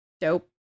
dope